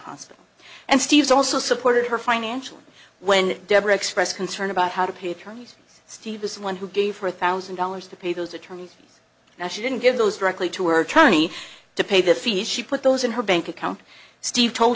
hospital and steve's also supported her financially when deborah expressed concern about how to pay attorneys steve was one who gave her a thousand dollars to pay those attorneys now she didn't give those directly to her attorney to pay the fees she put those in her bank account steve told